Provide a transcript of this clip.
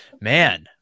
man